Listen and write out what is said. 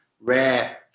rare